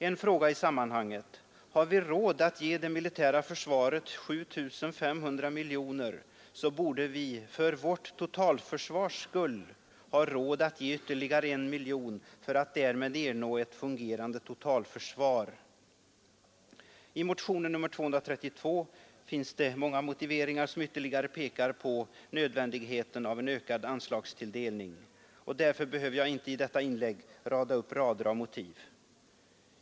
En fråga i sammanhanget: Har vi råd att ge det militära försvaret 7 500 miljoner, så borde vi för vårt totalförsvars skull ha råd att ge ytterligare 1 miljon för att därmed ernå ett fungerande totalförsvar. I motionen 232 finns det många motiveringar som ytterligare pekar på nödvändigheten av en ökad anslagstilldelning, och därför behöver jag inte i detta inlägg rada upp motiv.